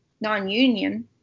non-union